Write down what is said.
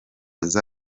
azi